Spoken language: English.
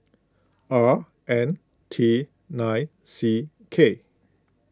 R N T nine C K